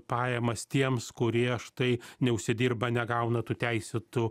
pajamas tiems kurie štai neužsidirba negauna tų teisėtų